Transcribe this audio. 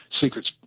secrets